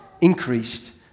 increased